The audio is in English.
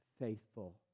faithful